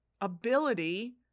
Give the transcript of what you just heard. ability